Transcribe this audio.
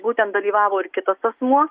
būtent dalyvavo ir kitas asmuo